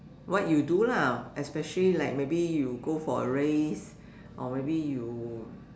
what you do lah especially like maybe you go for a race or maybe you